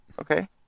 Okay